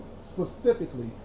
specifically